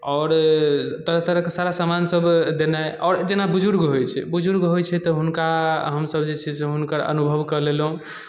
आओर तरह तरहके सारा समान सभ देनाइ आओर जेना बुजुर्ग होइ छै बुजुर्ग होइ छै तऽ हुनका हमसभ जे छै से हुनकर अनुभवकेँ लेलहुँ